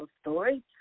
story